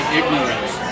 ignorance